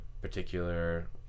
particular